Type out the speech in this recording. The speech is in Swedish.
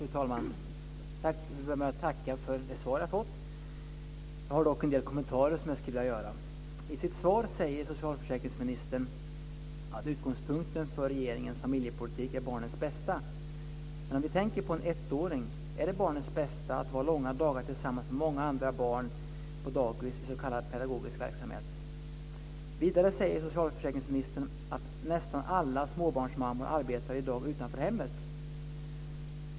Fru talman! Jag vill börja med att tacka för det svar jag fått. Jag skulle dock vilja göra en del kommentarer. I sitt svar säger socialförsäkringsministern att utgångspunkten för regeringens familjepolitik är barnens bästa. Men om vi tänker på en ettåring, är det "barnets bästa" att ha långa dagar tillsammans med många andra barn på dagis i s.k. pedagogisk verksamhet? Vidare säger socialförsäkringsministern att nästan alla småbarnsmammor i dag arbetar utanför hemmet.